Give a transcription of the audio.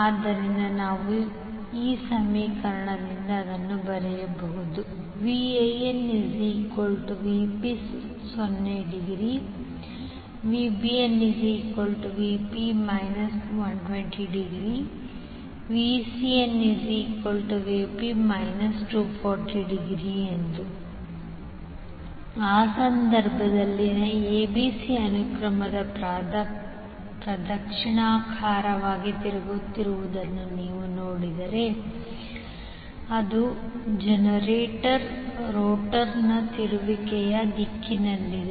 ಆದ್ದರಿಂದ ನಾವು ಬರೆಯಬಹುದು VanVp∠0° VbnVp∠ 120° VcnVp∠ 240°Vp∠120° ಆ ಸಂದರ್ಭದಲ್ಲಿ abc ಅನುಕ್ರಮವು ಪ್ರದಕ್ಷಿಣಾಕಾರವಾಗಿ ತಿರುಗುತ್ತಿರುವುದನ್ನು ನೀವು ನೋಡಿದರೆ ಮತ್ತು ಅದು ಜನರೇಟರ್ನ ರೋಟರ್ನ ತಿರುಗುವಿಕೆಯ ದಿಕ್ಕಿನಲ್ಲಿದೆ